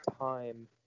time